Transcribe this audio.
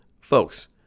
Folks